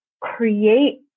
create